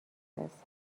است